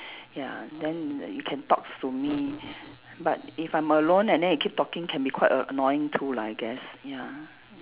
ya then it can talks to me but if I'm alone and then it keep talking can be quite a~ annoying too lah I guess ya